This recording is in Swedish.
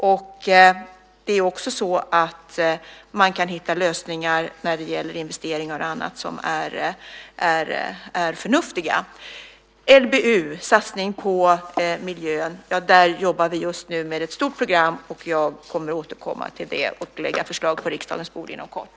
Man kan också hitta lösningar när det gäller investeringar och annat som är förnuftiga. När det gäller LBU och satsning på miljön så jobbar vi just nu med ett stort program. Jag kommer att återkomma till det och lägga fram förslag på riksdagens bord inom kort.